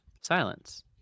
silence